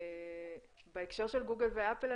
בהקשר של גוגל ואפל,